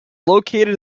located